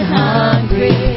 hungry